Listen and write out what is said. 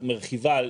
מרחיבה,